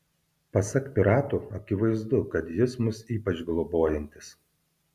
pasak piratų akivaizdu kad jis mus ypač globojantis